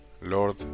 Lord